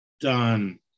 done